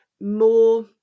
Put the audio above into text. more